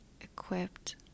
equipped